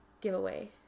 giveaway